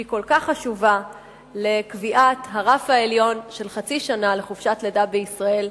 שהיא כל כך חשובה לקביעת הרף העליון של חצי שנה לחופשת לידה בישראל.